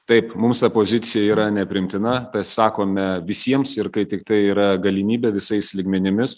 taip mums ta pozicija yra nepriimtina tai sakome visiems ir kai tiktai yra galimybė visais lygmenimis